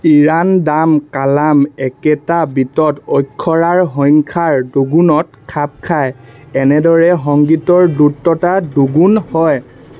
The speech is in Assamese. ইৰাণদাম কালাম একেটা বীটত অক্ষৰাৰ সংখ্যাৰ দুগুণত খাপ খায় এনেদৰে সংগীতৰ দ্ৰুততা দুগুণ হয়